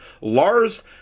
Lars